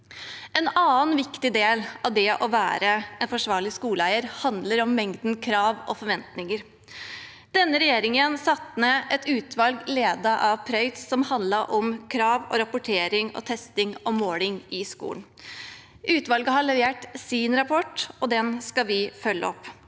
En annen viktig del av det å være en forsvarlig skoleeier handler om mengden krav og forventninger. Denne regjeringen satte ned et utvalg, ledet av Prøitz, som gjennomgikk krav, rapportering, testing og måling i skolen. Utvalget har levert sin rapport, og den skal vi følge opp.